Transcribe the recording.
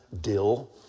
dill